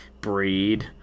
Breed